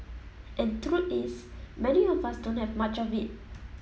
and truth is many of us don't have much of it